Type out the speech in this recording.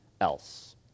else